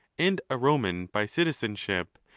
and a roman by citizenship,